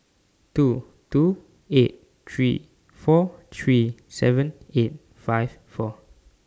two two eight three four three seven eight five four